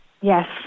Yes